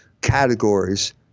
categories